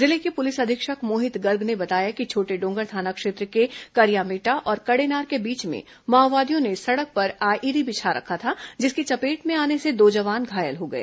जिले के पुलिस अधीक्षक मोहित गर्ग ने बताया कि छोटेडॉगर थाना क्षेत्र के करियामेटा और कड़ेनार के बीच में माओवादियों ने सड़क पर आईईडी बिछा रखा था जिसकी चपेट में आने से दो जवान घायल हो गए